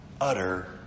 utter